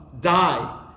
die